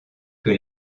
que